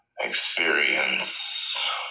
Experience